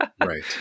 Right